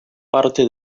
parte